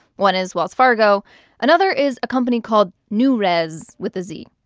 one is wells fargo another is a company called newrez with a z.